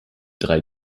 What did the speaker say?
drei